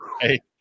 Hey